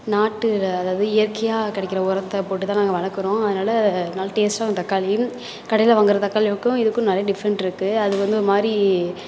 நாட்டு அதாவது இயற்கையாக கிடைக்குற உரத்த போட்டுதான் நாங்கள் வளர்க்குறோம் அதனால நல்லா டேஸ்ட்டாக இருக்கும் தக்காளி கடையில் வாங்குகிற தக்காளிக்கும் இதுக்கும் நிறையா டிஃப்ரெண்ட் இருக்குது அது வந்து ஒரு மாதிரி